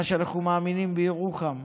מה שאנחנו מאמינים בירוחם,